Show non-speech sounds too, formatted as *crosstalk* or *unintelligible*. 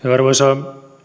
*unintelligible* arvoisa